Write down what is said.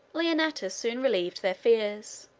leonnatus soon relieved their fears.